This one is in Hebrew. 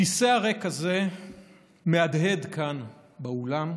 הכיסא הריק הזה מהדהד כאן באולם.